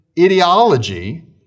ideology